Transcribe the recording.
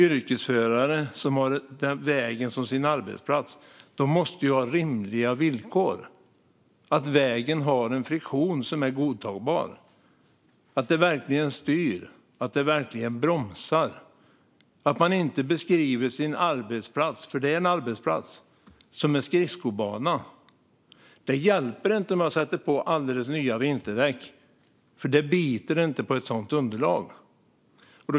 Yrkesförare som har vägen som sin arbetsplats måste ha rimliga villkor. Vägen ska ha en friktion som är godtagbar så att det verkligen går att styra och bromsa. De ska inte beskriva sin arbetsplats - för det är en arbetsplats - som en skridskobana. Det hjälper inte att sätta på alldeles nya vinterdäck, för det biter inte på ett sådant underlag.